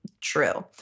True